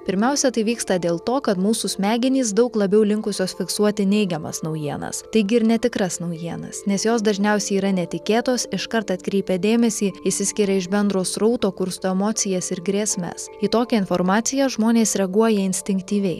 pirmiausia tai vyksta dėl to kad mūsų smegenys daug labiau linkusios fiksuoti neigiamas naujienas taigi ir netikras naujienas nes jos dažniausiai yra netikėtos iškart atkreipia dėmesį išsiskiria iš bendro srauto kursto emocijas ir grėsmes į tokią informaciją žmonės reaguoja instinktyviai